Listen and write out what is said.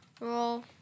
Roll